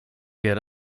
get